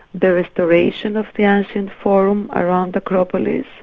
the restoration of the ancient forum around the acropolis,